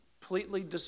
completely